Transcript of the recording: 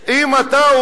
יש.